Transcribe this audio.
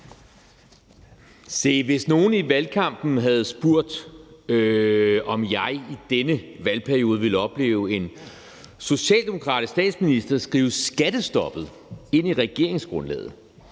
hvis nogen i valgkampen havde spurgt, om jeg i denne valgperiode ville opleve en socialdemokratisk statsminister skrive skattestoppet ind i regeringsgrundlaget,